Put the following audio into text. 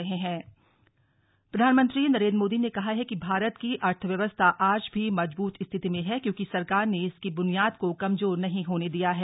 प्रधानमंत्री मोदी प्रधानमंत्री नरेंद्र मोदी ने कहा है कि भारत की अर्थव्यवस्था आज भी मजबूत स्थिति में है क्योंकि सरकार ने इसकी बुनियाद को कमजोर नहीं होने दिया है